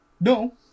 No